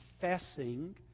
confessing